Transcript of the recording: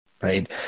Right